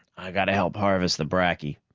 i gotta help harvest the bracky.